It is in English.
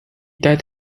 died